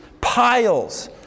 piles